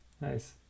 Nice